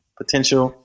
potential